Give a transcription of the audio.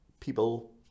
people